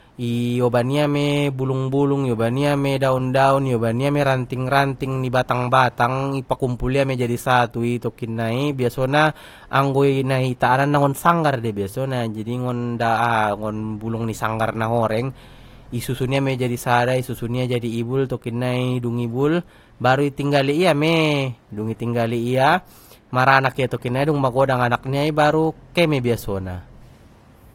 Ioban ia mei bulung bulung ioban ia mei daun daun ioban ia mei ranting ranting ni batang batang i pakumpul ia mei jadi satu i tokinnai biasona anggo na itaan an nangon sanggar dei biasona jadi ngon aha ngon bulung ni sanggar na horeng i susun ia mei jadi sada i isusun ia jadi ibul tokinnai dung ibul baru i tinggali ia mei dung itinggali ia maranak ia tokinnai dung magodang anak niai baru keme biasona.